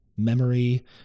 Memory